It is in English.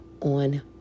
on